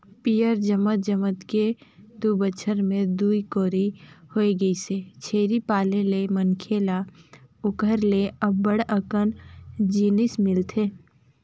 पियंर जमत जमत के दू बच्छर में दूई कोरी होय गइसे, छेरी पाले ले मनखे ल ओखर ले अब्ब्ड़ अकन जिनिस मिलथे